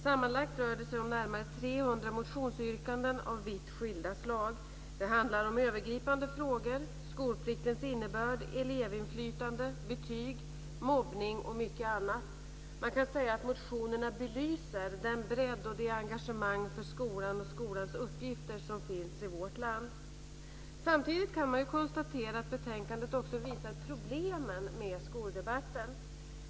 Sammanlagt rör det sig om närmare 300 motionsyrkanden av vitt skilda slag. Det handlar om övergripande frågor, skolpliktens innebörd, elevinflytande, betyg, mobbning och mycket annat. Man kan säga att motionerna belyser den bredd och det engagemang för skolan och skolans uppgifter som finns i vårt land. Samtidigt kan man konstatera att betänkandet också visar problemen med skoldebatten.